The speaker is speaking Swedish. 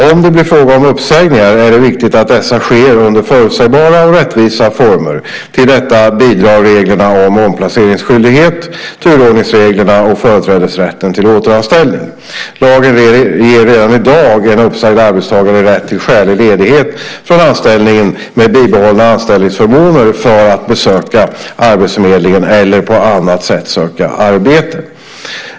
Om det väl blir fråga om uppsägningar är det viktigt att dessa sker under förutsägbara och rättvisa former, och till detta bidrar reglerna om omplaceringsskyldighet, turordningsreglerna och företrädesrätten till återanställning. Lagen ger redan i dag en uppsagd arbetstagare rätt till skälig ledighet från anställningen med bibehållna anställningsförmåner för att besöka arbetsförmedlingen eller på annat sätt söka arbete.